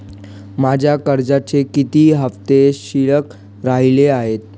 माझ्या कर्जाचे किती हफ्ते शिल्लक राहिले आहेत?